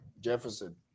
Jefferson